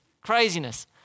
Craziness